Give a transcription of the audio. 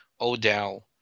Odell